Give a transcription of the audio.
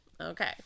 okay